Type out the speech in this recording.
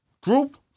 Group